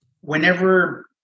whenever